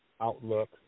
outlook